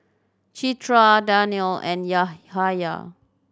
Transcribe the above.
Citra Danial and Yahaya